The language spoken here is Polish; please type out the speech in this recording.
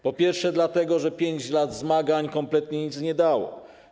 Po pierwsze, dlatego że 5 lat zmagań kompletnie nic nie dało.